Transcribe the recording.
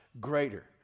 greater